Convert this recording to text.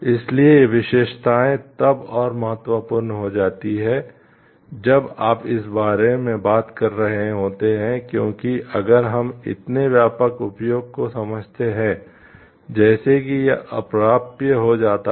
इसलिए ये विशेषताएं तब और महत्वपूर्ण हो जाती हैं जब आप इस बारे में बात कर रहे होते हैं क्योंकि अगर हम इतने व्यापक उपयोग को समझते हैं जैसे कि यह अप्राप्य हो जाता है